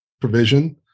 provision